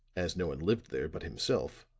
as no one lived there but himself,